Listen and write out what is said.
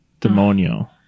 demonio